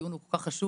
לענייני ביטוחים.